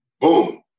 Boom